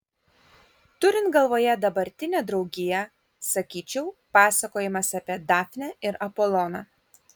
turint galvoje dabartinę draugiją sakyčiau pasakojimas apie dafnę ir apoloną